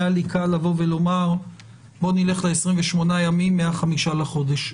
היה לי קל לבוא ולומר בואו נלך ל-28 ימים מה-5 בחודש.